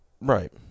Right